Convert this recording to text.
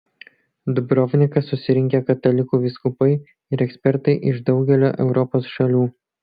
dubrovniką susirinkę katalikų vyskupai ir ekspertai iš daugelio europos šalių